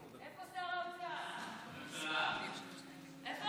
איתם בשבוע הזה שהוא מכהן זה שנורא מפריע לו איך